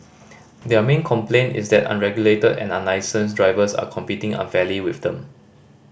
their main complaint is that unregulated and unlicensed drivers are competing unfairly with them